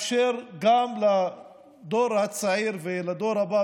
יהיה אפשר לאפשר גם לדור הצעיר ולדור הבא